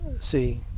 See